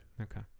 Okay